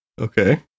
Okay